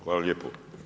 Hvala lijepo.